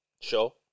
Sure